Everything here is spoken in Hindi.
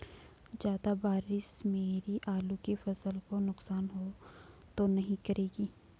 ज़्यादा बारिश मेरी आलू की फसल को नुकसान तो नहीं करेगी?